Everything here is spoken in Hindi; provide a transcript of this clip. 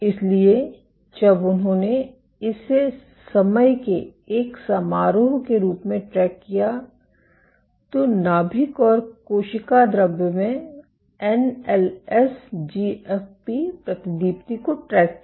इसलिए जब उन्होंने इसे समय के एक समारोह के रूप में ट्रैक किया तो नाभिक और कोशिका द्रव्य में एनएलएस जीएफपी प्रतिदीप्ति को ट्रैक किया